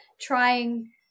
trying